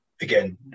again